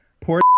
poor